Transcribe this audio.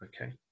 okay